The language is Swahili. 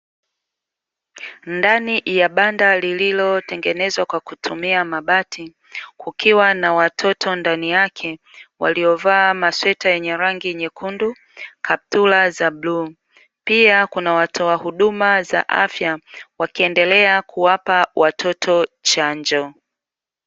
Ndani ya banda lililotengenezwa kwa kutumia mabati, kukiwa na watoto ndani yake, waliovaa masweta yenye rangi nyekundu, kaptula za bluu. Pia kuna watoa huduma za afya, wakiendelea kuwapa watoto chanjo.